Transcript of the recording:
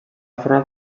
format